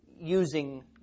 using